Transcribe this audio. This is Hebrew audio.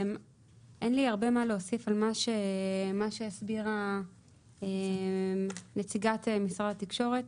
אין לי הרבה מה להוסיף על ההסבר של נציגת משרד התקשורת.